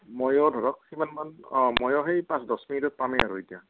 ময়ো ধৰক সিমান মান অঁ ময়ো সেই পাঁচ দহ মিনিটত পামেই আৰু এতিয়া